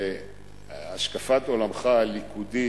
שהשקפת עולמך היא ליכודית,